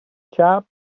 chap